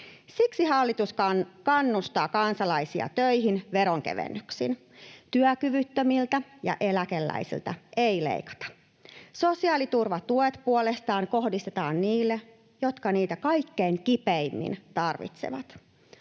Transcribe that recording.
Siksi hallitus kannustaa kansalaisia töihin veronkevennyksin. Työkyvyttömiltä ja eläkeläisiltä ei leikata. Sosiaaliturvatuet puolestaan kohdistetaan niille, jotka niitä kaikkein kipeimmin tarvitsevat.